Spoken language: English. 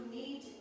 need